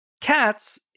Cats